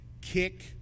kick